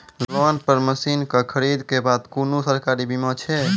Loan पर मसीनऽक खरीद के बाद कुनू सरकारी बीमा छै?